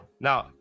Now